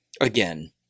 again